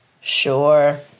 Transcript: Sure